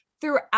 throughout